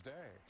Day